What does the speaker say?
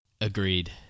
Agreed